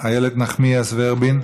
איילת נחמיאס ורבין,